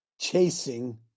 chasing